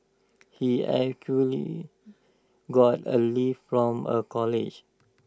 he got A lift from A colleague